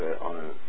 on